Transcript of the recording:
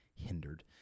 Hindered